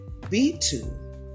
B2